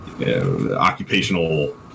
occupational